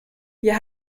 wir